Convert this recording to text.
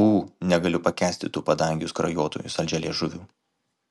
ū negaliu pakęsti tų padangių skrajotojų saldžialiežuvių